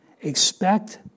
Expect